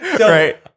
Right